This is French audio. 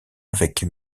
avec